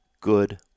good